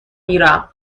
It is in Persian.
میرم